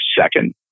second